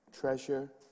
Treasure